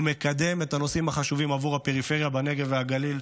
ומקדם את הנושאים החשובים עבור הפריפריה בנגב ובגליל.